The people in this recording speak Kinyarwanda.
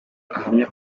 ahamya